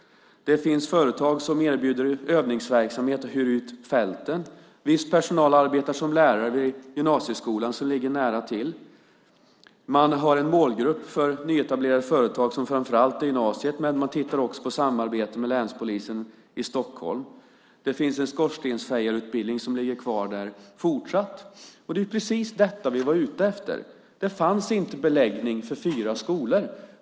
Det finns företag som erbjuder övningsverksamhet och hyr ut fälten. Viss personal arbetar som lärare vid gymnasieskolan som ligger nära till. Man har en målgrupp för nyetablerade företag som framför allt är gymnasiet, men man tittar också på samarbete med länspolisen i Stockholm. Det finns en skorstensfejarutbildning som fortsatt ligger kvar där. Det är precis detta vi var ute efter. Det fanns inte beläggning för fyra skolor.